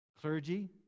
clergy